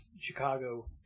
chicago